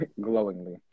Glowingly